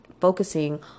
focusing